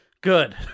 good